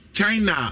China